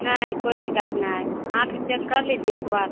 नहीं कोई शिकायत ना आएगा आके चेक कर लीजिए एक बार